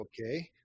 okay